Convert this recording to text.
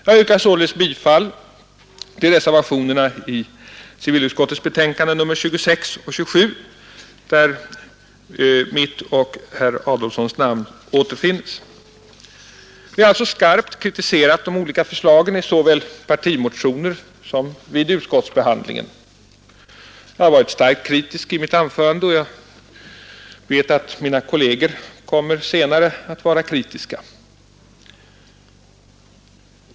Jag yrkar således bifall till reservationerna i civilutskottets betänkanden 26 och 27, där mitt och herr Adolfssons namn återfinnes. Vi har skarpt kritiserat de olika förslagen i såväl partimotioner som under utskottsbehandlingen. Jag har också varit starkt kritisk i mitt anförande, och mina kolleger kommer senare att vara lika kritiska.